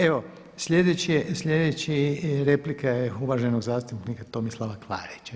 Evo, Sljedeća replika je uvaženog zastupnika Tomislava Klarića.